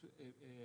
מנהלית.